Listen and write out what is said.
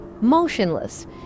motionless